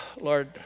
Lord